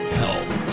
health